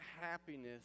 happiness